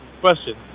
Question